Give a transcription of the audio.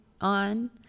on